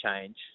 change